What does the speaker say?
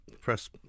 press